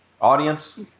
Audience